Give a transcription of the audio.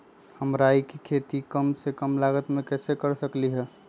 हम राई के खेती कम से कम लागत में कैसे कर सकली ह?